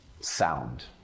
sound